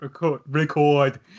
Record